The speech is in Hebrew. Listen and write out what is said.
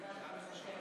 השר,